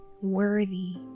worthy